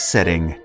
Setting